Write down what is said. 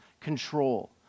control